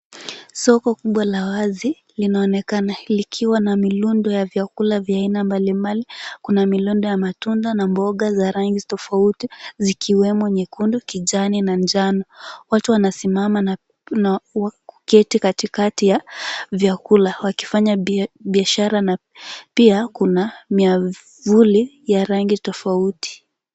Soko kubwa la uwazi linaonekana likiwa na miundo mbinu kubwa ya vyakula. Kuna milundo ya matunda na mboga za rangi tofauti zikiwemo nyekundu ,kijani na manjano. Watu wanasimama na kuketi katikati ya vyakula wakifanya biashara na pia kuna miavuli ya rangi tofauti.